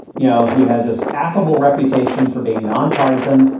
you know, he has this affable reputation for being nonpartisan.